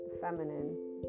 feminine